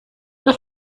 los